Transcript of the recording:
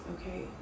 okay